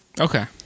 okay